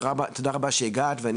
אנה תודה רבה לך שהגעת לדיון הזה היום ואני